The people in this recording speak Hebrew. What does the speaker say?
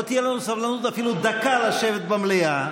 לא תהיה לנו סבלנות אפילו דקה לשבת במליאה,